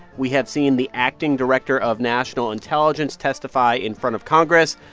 we have seen the acting director of national intelligence testify in front of congress.